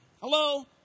Hello